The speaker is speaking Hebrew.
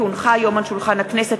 כי הונחה היום על שולחן הכנסת,